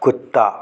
कुत्ता